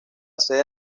sede